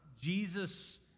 Jesus